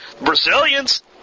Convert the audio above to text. Brazilians